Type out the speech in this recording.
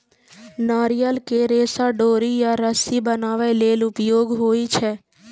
नारियल के रेशा डोरी या रस्सी बनाबै लेल उपयोगी होइ छै